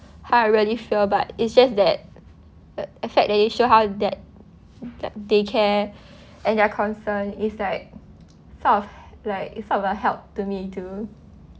how I really feel but it's just that a fact they showed how that they care and their concern is like sort of like sort of a help to me too